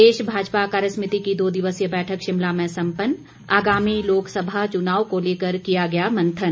प्रदेश भाजपा कार्यसमिति की दो दिवसीय बैठक शिमला में सम्पन्न आगामी लोकसभा चुनाव को लेकर किया गया मंथन